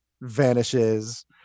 vanishes